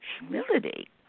humility